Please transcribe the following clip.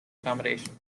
accommodation